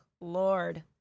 Lord